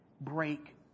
Break